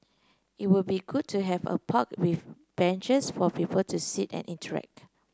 it would be good to have a park with benches for people to sit and interact